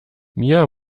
mia